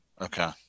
Okay